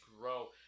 grow